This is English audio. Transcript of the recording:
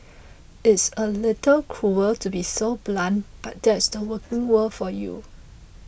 it's a little cruel to be so blunt but that's the working world for you